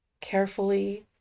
Carefully